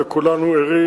וכולנו ערים,